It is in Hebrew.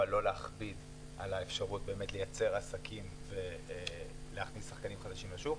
אבל לא להכביד על האפשרות לייצר עסקים ולהכניס שחקנים חדשים לשוק,